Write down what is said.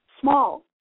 small